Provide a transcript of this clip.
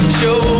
show